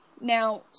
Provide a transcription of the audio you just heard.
Now